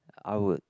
I would